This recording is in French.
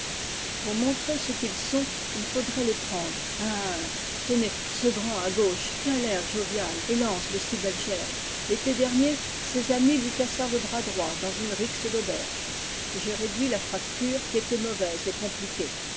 pour montrer ce qu'ils sont il faudrait les prendre un à un tenez ce grand à gauche qui a l'air jovial et lance de si belles gerbes l'été dernier ses amis lui cassèrent le bras droit dans une rixe d'auberge j'ai réduit la fracture qui était mauvaise et compliquée